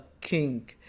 king